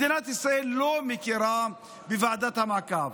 מדינת ישראל לא מכירה בוועדת המעקב,